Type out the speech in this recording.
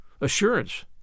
assurance